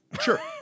Sure